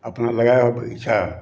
अपना लगाओ बगीचा